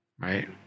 Right